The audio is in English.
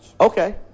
Okay